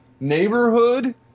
neighborhood